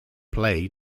play